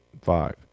five